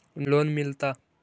Loan मिलता?